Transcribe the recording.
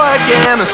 again